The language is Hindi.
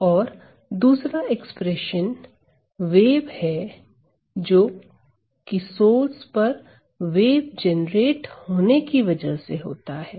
और दूसरा एक्सप्रेशन वेव है जोकि सोर्स पर वेव जनरेट होने की वजह से होता है